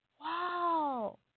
Wow